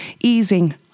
easing